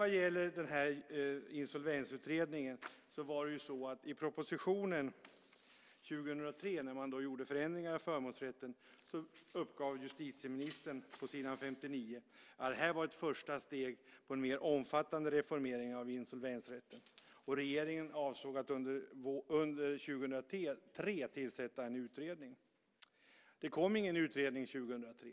Vad gäller insolvensutredningen var det ju så att justitieministern i propositionen 2003, när man gjorde förändringar av förmånsrätten, uppgav på s. 59 att det här var ett första steg i en mer omfattande reformering av insolvensrätten och att regeringen avsåg att under 2003 tillsätta en utredning. Det kom ingen utredning 2003,